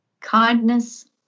kindness